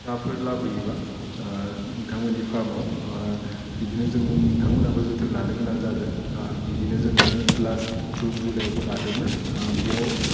जाफोर लाबोयोबा नोंथांमोननि फार्मआव बिदिनो जों नोंथांमोनाबो जोथोन लानो गोनां जागोन बिदिनो जोङो लास्ट जुन जुलाइयावबो लादोंमोन बेयाव